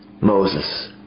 Moses